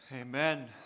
Amen